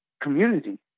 community